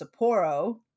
sapporo